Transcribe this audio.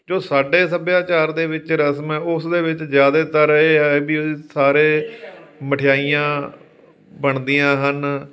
ਜੋ ਸਾਡੇ ਸੱਭਿਆਚਾਰ ਦੇ ਵਿੱਚ ਰਸਮ ਹੈ ਉਸ ਦੇ ਵਿੱਚ ਜ਼ਿਆਦਾਤਰ ਇਹ ਹੈ ਵੀ ਸਾਰੇ ਮਠਿਆਈਆਂ ਬਣਦੀਆਂ ਹਨ